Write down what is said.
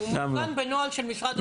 גם בנוהל של משרד השיכון.